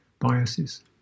biases